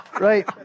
Right